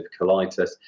colitis